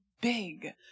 big